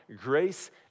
grace